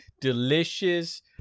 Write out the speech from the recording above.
delicious